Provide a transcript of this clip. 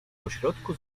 pośrodku